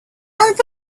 thought